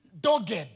Dogged